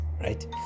right